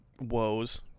woes